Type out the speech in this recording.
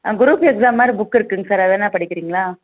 group exam மாதிரி book இருக்குங்க sir அதை வேணா படிக்குறிங்களா